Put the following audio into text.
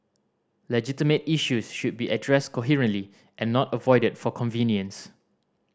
legitimate issues should be addressed coherently and not avoided for convenience